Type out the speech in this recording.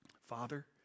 Father